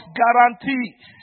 guarantees